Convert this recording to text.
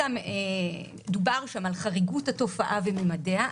דובר שם על חריגות התופעה וממדיה.